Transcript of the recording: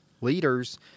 leaders